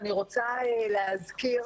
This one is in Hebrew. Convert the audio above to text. אני רוצה להזכיר